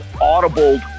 audible